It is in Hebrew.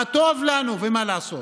מה טוב לנו ומה לעשות.